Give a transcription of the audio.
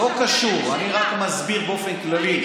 לא קשור, אני רק מסביר באופן כללי.